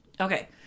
Okay